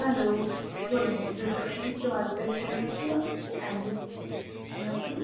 hello બોલો જોતરસી વાત કરી રહી છુ એમબીક માંથી